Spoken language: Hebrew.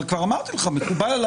כבר אמרתי לך שמקובל עלי.